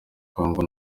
kongo